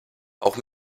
auch